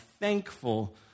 thankful